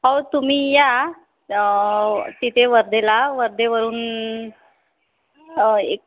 हो तुम्ही या तिथे वर्धेला वर्धेवरून एक